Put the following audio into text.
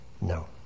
No